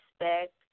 respect